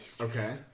Okay